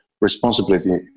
responsibility